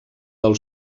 del